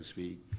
speak,